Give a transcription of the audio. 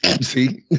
See